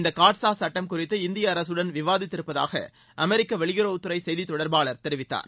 இந்த காட்சா சுட்டம் குறித்து இந்திய அரசுடன் விவாதித்து இருப்பதாக அமெரிக்க வெளியுறவுத்துறை செய்தி தொடர்பாளர் தெரிவித்தார்